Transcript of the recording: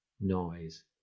noise